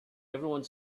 everyone